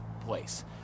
place